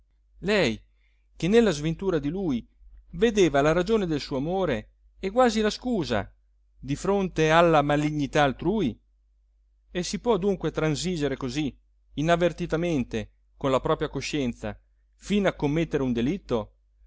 lei che nella sventura di lui vedeva la ragione del suo amore e quasi la scusa di fronte alla malignità altrui e si può dunque transigere così inavvertitamente con la propria coscienza fino a commettere un delitto